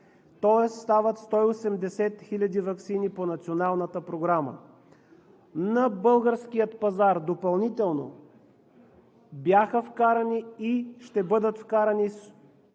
повече, стават 180 хил. ваксини по Националната програма. На българския пазар допълнително бяха вкарани и ще бъдат вкарани